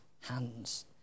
hands